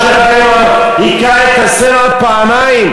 משה רבנו הכה את הסלע פעמיים,